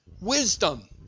wisdom